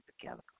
together